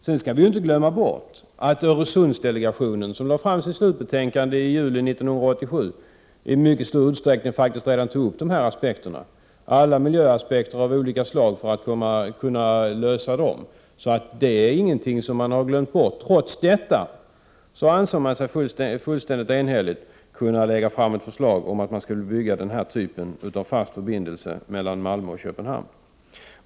Sedan skall vi inte glömma bort att Öresundsdelegationen, som lade fram sitt slutbetänkande i juli 1987, i mycket stor utsträckning tog upp alla miljöaspekter av olika slag. Det är alltså ingenting som har glömts bort. Trots detta anser man sig fullständigt enhälligt kunna lägga fram ett förslag om att bygga den här typen av fast förbindelse mellan Malmö och Köpenhamn.